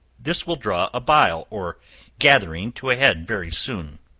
this will draw a bile or gathering to a head very soon.